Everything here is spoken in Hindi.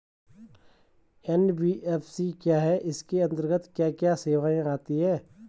एन.बी.एफ.सी क्या है इसके अंतर्गत क्या क्या सेवाएँ आती हैं?